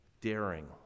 daring